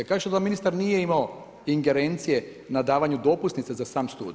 Kažete da ministar nije imao ingerencije na davanje dopusnica za sam studij.